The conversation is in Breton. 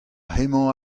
hemañ